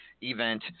event